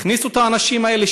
הכניסו את האנשים האלה,